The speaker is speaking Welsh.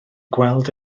gweld